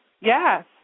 Yes